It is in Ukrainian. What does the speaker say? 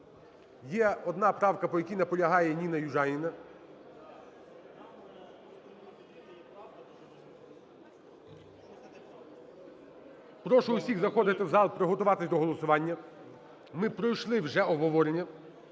Є одна правка, по якій наполягає Ніна Южаніна. Прошу усіх заходити в зал і приготуватись до голосування, ми пройшли вже обговорення.